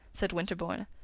said winterbourne.